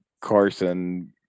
Carson